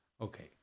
Okay